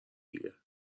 دیگه